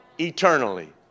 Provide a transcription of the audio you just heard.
eternally